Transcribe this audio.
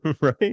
Right